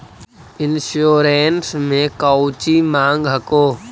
Insurance मे कौची माँग हको?